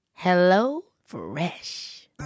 HelloFresh